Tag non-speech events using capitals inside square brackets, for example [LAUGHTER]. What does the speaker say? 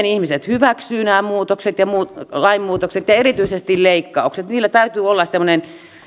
[UNINTELLIGIBLE] ihmiset hyväksyvät nämä muutokset ja muut lainmuutokset ja erityisesti leikkaukset niillä täytyy olla semmoinen